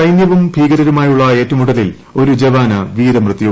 സൈന്യവും ഭീകരരുമായുള്ള ഏറ്റുമുട്ടലിൽ ഒരു ജവാന് വീരമൃത്യു